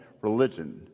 religion